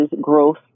growth